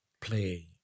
play